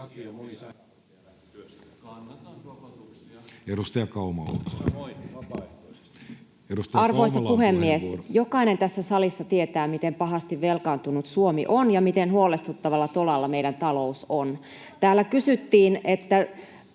Arvoisa puhemies! Jokainen tässä salissa tietää, miten pahasti velkaantunut Suomi on ja miten huolestuttavalla tolalla meidän taloutemme on. Täällä kysyttiin, että